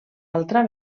altra